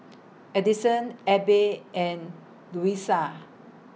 Addison Abbey and Louisa